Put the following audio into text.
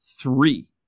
three